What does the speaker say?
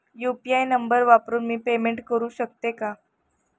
UPI number वापरून मी payment करू शकते का?